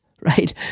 right